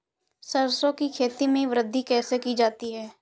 सरसो की खेती में वृद्धि कैसे की जाती है?